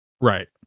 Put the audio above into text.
Right